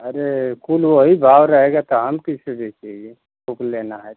अरे कुल वही भाव रहेगा तो हम किसे बेचेँगे